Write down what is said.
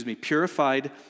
purified